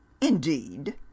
Indeed